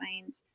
find